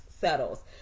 settles